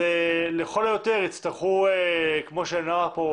אז לכל היותר יצטרכו כמו שנאמר פה,